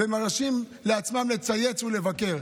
מרשים לעצמם לצייץ ולבקר.